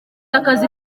akazi